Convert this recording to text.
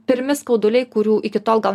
pirmi skauduliai kurių iki tol gal